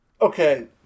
Okay